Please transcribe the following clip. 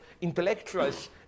intellectuals